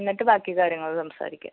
എന്നിട്ട് ബാക്കി കാര്യങ്ങൾ സംസാരിക്കാം